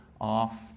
off